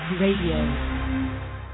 Radio